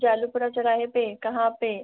जालूपुरा चौराहे पर कहाँ पर